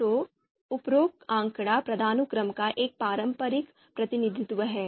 तो उपरोक्त आंकड़ा पदानुक्रम का एक पारंपरिक प्रतिनिधित्व है